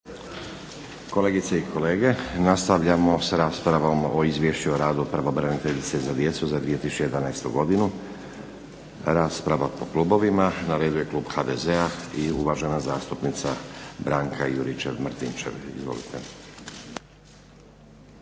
Kolegice i kolege, nastavljamo s raspravom o Izvješću o radu pravobraniteljice za djecu za 2011. godinu. Rasprava po klubovima. Na redu je klub HDZ-a i uvažena zastupnica Branka Juričev-Martinčev. Izvolite.